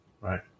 right